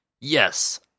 yes